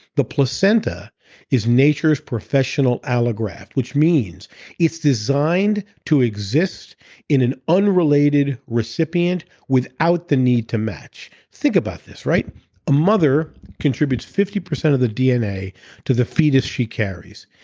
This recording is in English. the placenta is nature's professional allograft which means it's designed to exist in an unrelated recipient without the need to match. think about this. a mother contributes fifty percent of the dna to the fetus she carries,